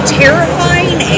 terrifying